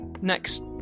next